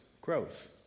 growth